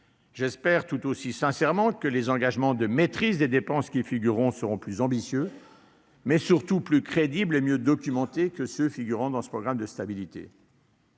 J'espère tout aussi sincèrement que les engagements de maîtrise des dépenses qui y figureront seront plus ambitieux, mais surtout plus crédibles et mieux documentés que ceux qui figurent aujourd'hui dans ce programme de stabilité.